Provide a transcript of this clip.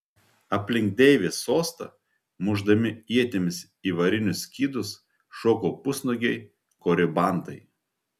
aplink deivės sostą mušdami ietimis į varinius skydus šoko pusnuogiai koribantai